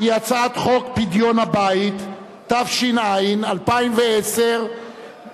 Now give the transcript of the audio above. היא הצעת חוק פדיון הבית, התש"ע 2010.